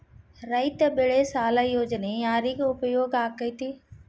ರೈತ ಬೆಳೆ ಸಾಲ ಯೋಜನೆ ಯಾರಿಗೆ ಉಪಯೋಗ ಆಕ್ಕೆತಿ?